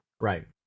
Right